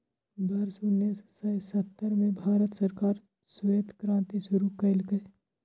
वर्ष उन्नेस सय सत्तर मे भारत सरकार श्वेत क्रांति शुरू केलकै